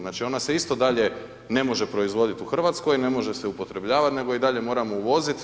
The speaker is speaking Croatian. Znači ona se isto dalje ne može proizvoditi u Hrvatskoj, ne može se upotrebljavati nego je i dalje moramo uvoziti.